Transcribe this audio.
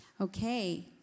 Okay